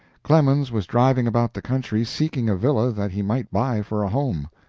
clemens was driving about the country, seeking a villa that he might buy for a home.